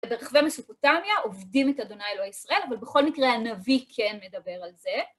ברחבי מסופוטמיה עובדים את ה' אלוהי ישראל, אבל בכל מקרה הנביא כן מדבר על זה.